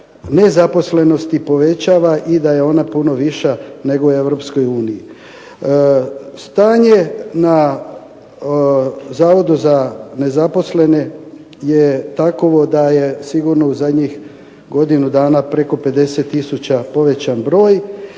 nezaposlenosti povećava i da je ona puno viša nego u Europskoj uniji. Stanje na Zavodu za nezaposlene je takovo da je sigurno u zadnjih godinu dana sigurno preko 50 tisuća povećan broj